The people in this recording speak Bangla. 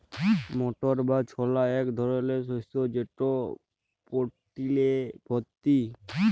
মটর বা ছলা ইক ধরলের শস্য যেট প্রটিলে ভত্তি